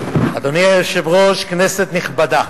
אדוני היושב-ראש, כנסת נכבדה,